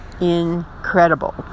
incredible